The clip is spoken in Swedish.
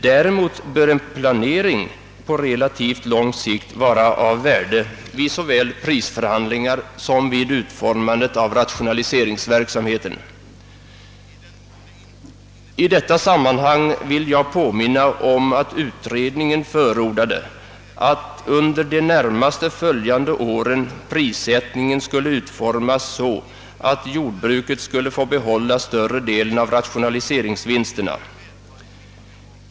Däremot bör en planering på relativt lång sikt vara av värde såväl vid prisförhandlingar som vid utformandet av rationaliseringsverk samheten. I detta sammanhang vill jag påminna om att utredningens majoritet förordade att prissättningen under de närmast följande åren skulle utformas så att jordbruket skulle få behålla större delen av rationaliseringsvinsterna.